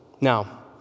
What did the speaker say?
Now